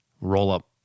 roll-up